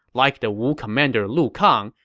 like the wu commander lu kang,